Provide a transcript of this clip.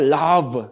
love